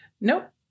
Nope